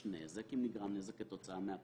אם נגרם נזק כתוצאה מהפגם,